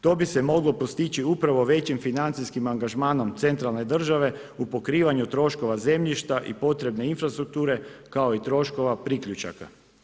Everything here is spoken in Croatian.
To bi se moglo postići upravo većim financijskim angažmanom centralne države u pokrivanju troškova zemljišta i potrebne infrastrukture kao i troškova priključaka.